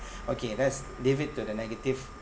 okay let's leave it to the negative